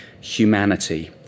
humanity